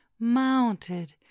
mounted